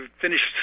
finished